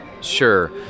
Sure